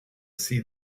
see